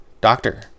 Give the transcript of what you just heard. doctor